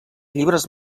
llibres